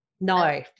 No